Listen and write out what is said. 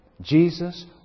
Jesus